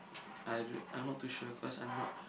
I d~ I'm not too sure cause I'm not